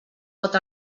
pot